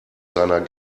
seiner